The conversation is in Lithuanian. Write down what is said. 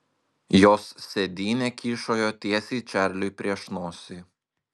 jos sėdynė kyšojo tiesiai čarliui prieš nosį